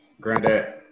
Granddad